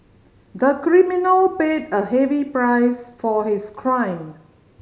the criminal paid a heavy price for his crime